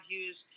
Hughes